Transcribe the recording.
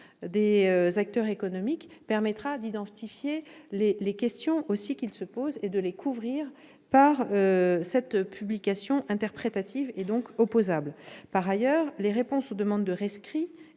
des acteurs économiques permettra non seulement d'identifier les questions qu'ils se posent, mais aussi de les couvrir par cette publication interprétative et donc opposable. Par ailleurs, les réponses aux demandes de rescrit